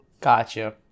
gotcha